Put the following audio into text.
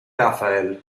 rafael